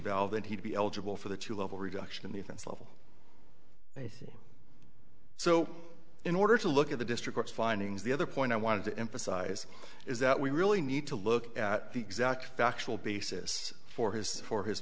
valve that he'd be eligible for the two level reduction in the offense level so in order to look at the district's findings the other point i wanted to emphasize is that we really need to look at the exact factual basis for his for his